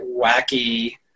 wacky